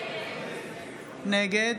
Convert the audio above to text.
נגד